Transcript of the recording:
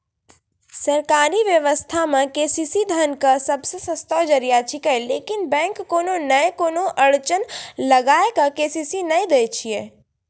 सरकारी व्यवस्था मे के.सी.सी धन के सबसे सस्तो जरिया छिकैय लेकिन बैंक कोनो नैय कोनो अड़चन लगा के के.सी.सी नैय दैय छैय?